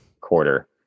quarter